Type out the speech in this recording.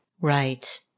Right